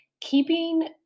keeping